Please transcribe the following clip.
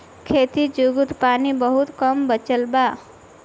खेती जुगुत पानी बहुत कम बचल बा